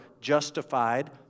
justified